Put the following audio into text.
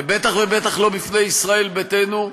ובטח ובטח לא בפני ישראל ביתנו,